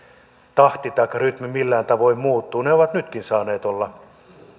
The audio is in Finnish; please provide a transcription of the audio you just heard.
tahti taikka rytmi millään tavoin muuttuu ne ovat nytkin saaneet olla